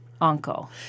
uncle